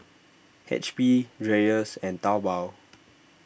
H P Dreyers and Taobao